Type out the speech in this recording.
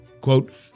Quote